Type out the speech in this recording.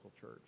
church